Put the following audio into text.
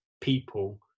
people